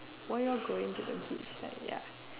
why your'll going to the beach like ya